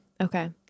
Okay